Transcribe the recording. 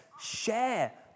share